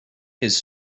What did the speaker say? his